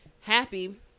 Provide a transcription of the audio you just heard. happy